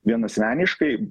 vien asmeniškai